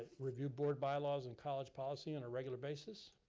review board bylaws and college policy on a regular basis.